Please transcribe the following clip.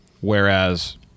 whereas